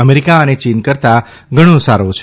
America અને ચીન કરતાં ઘણો સારો છે